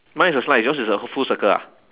mine is a slice yours is a full circle ah